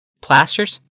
plasters